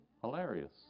Hilarious